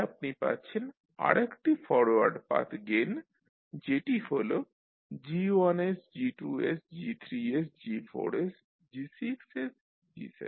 তাহলে আপনি পাচ্ছেন আরেকটি ফরওয়ার্ড পাথ গেইন যেটি হল G1sG2sG3 sG4sG6sG7